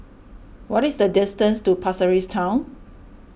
what is the distance to Pasir Ris Town